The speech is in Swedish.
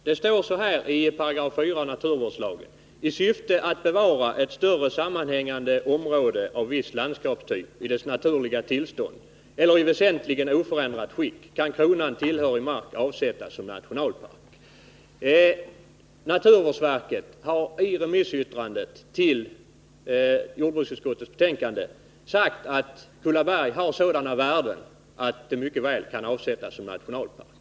Herr talman! I naturvårdslagens 4 § står: ”I syfte att bevara större sammanhängande område av viss landskapstyp i dess naturliga tillstånd eller i väsentligen oförändrat skick kan kronan tillhörig mark avsättas till nationalpark.” Naturvårdsverket har i remissyttrandet till jordbruksutskottet över motionen sagt att Kullaberg har sådana värden att det mycket väl kan avsättas som nationalpark.